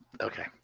Okay